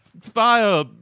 fire